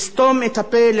לאמצעי תקשורת,